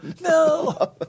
no